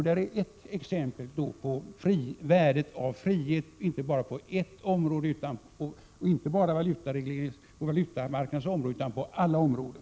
Det är ett exempel på värdet av frihet, inte bara på ett område, t.ex. valutamarknadens, utan på alla områden.